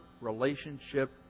relationship